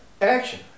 action